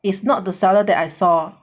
is not the seller that I saw